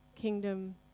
kingdom